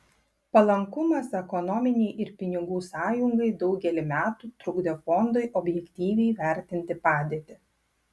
palankumas ekonominei ir pinigų sąjungai daugelį metų trukdė fondui objektyviai vertinti padėtį